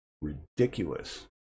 ridiculous